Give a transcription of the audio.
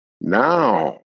now